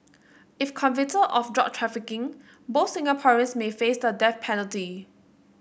if convicted of drug trafficking both Singaporeans may face the death penalty